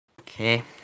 Okay